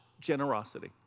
generosity